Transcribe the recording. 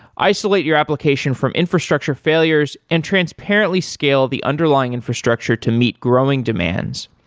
isolate your application from infrastructure failures and transparently scale the underlying infrastructure to meet growing demands,